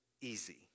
easy